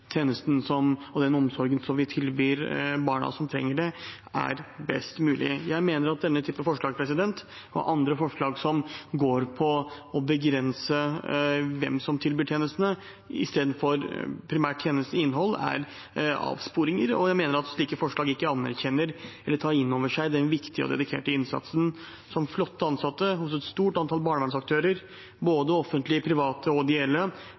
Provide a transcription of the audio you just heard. tjenesten og den omsorgen vi tilbyr barna som trenger det, er best mulig. Jeg mener at denne typen forslag og andre forslag som går på å begrense hvem som tilbyr tjenestene, i stedet for primært å diskutere tjenestenes innhold, er avsporinger. Jeg mener at slike forslag ikke anerkjenner eller tar inn over seg den viktige og dedikerte innsatsen som flotte ansatte hos et stort antall barnevernsaktører, både offentlige, private og ideelle,